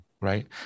right